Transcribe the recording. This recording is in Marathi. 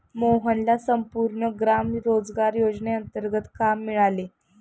मोहनला संपूर्ण ग्राम रोजगार योजनेंतर्गत काम मिळाले